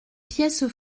pièces